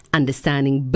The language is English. understanding